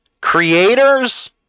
Creators